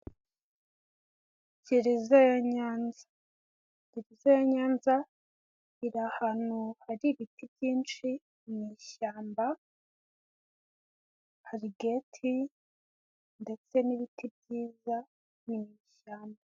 Gereza ya Nyanza, gereza ya Nyanza iri ahantu hari ibiti byinshi mu ishyamba, hari geti, ndetse n'ibiti byiza, ni mu ishyamba.